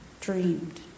dreamed